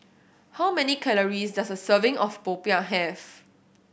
how many calories does a serving of popiah have